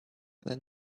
than